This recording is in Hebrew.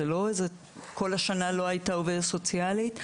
זה לא שכל השנה לא הייתה עובדת סוציאלית.